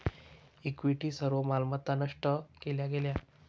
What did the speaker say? equity सर्व मालमत्ता नष्ट केल्या गेल्या